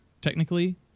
technically